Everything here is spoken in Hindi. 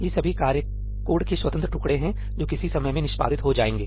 ये सभी कार्य कोड के स्वतंत्र टुकड़े हैं जो किसी समय में निष्पादित हो जाएंगे